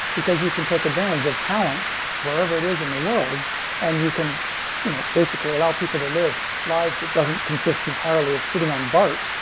because you can take advantage of talent wherever it is in the world and you can you know basically allow people to live lives that doesn't consistent entirely of sitting on bart,